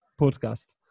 podcast